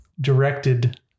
directed